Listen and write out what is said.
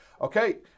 okay